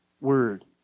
word